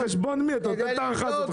על חשבון מי אתה נותן את ההארכה הזאת?